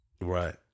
right